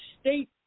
state